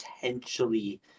potentially